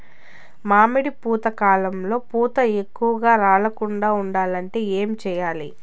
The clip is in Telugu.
మామిడి పూత కాలంలో పూత ఎక్కువగా రాలకుండా ఉండాలంటే ఏమి చెయ్యాలి?